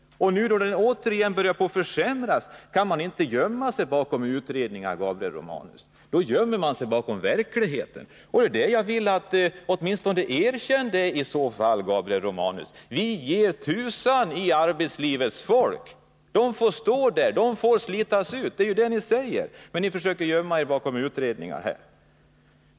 Och när arbetsmiljön nu återigen börjar försämras kan man inte gömma sig bakom utredningar, Gabriel Romanus. Då gömmer man sig för verkligheten! Erkänn åtminstone det i så fall, Gabriel Romanus. Säg att ni ger tusan i arbetslivets folk! De får slitas ut. Det innebär den ståndpunkt ni intar, men ni försöker gömma er bakom utredningar.